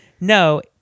No